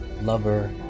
lover